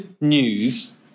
news